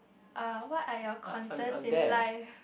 uh what are your concerns in life